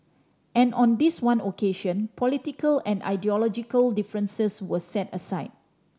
and on this one occasion political and ideological differences were set aside